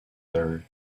there